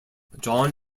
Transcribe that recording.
john